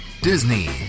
Disney